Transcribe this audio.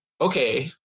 okay